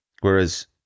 whereas